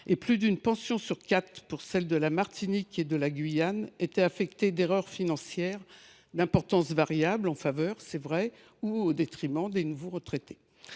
et plus d’une pension sur quatre pour les CGSS de la Martinique et de la Guyane étaient affectées d’erreurs financières, d’importance variable, en faveur ou au détriment des nouveaux retraités.